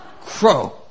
crow